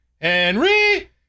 Henry